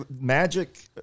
Magic